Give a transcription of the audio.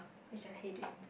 which I hate it